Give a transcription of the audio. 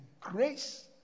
grace